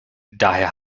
daher